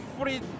free